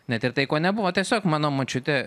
net ir tai ko nebuvo tiesiog mano močiutė